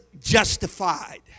justified